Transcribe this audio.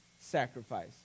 sacrifice